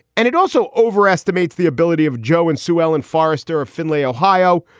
and it also overestimates the ability of joe and sue ellen forrister of findlay, ohio,